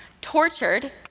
tortured